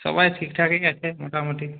সবাই ঠিকঠাকই আছে মোটামুটি